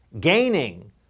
gaining